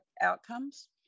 outcomes